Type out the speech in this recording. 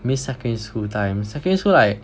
miss secndary school time secondary school like